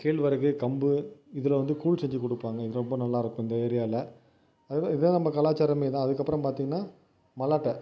கேழ்வரகு கம்பு இதில் வந்து கூழ் செஞ்சு கொடுப்பாங்க இது ரொம்ப நல்லா இருக்கும் இந்த ஏரியாவில் இதுதான் நம்ம கலாச்சாரமே அதுக்கப்புறம் பார்த்தீங்கனா மல்லாட்டை